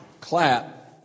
clap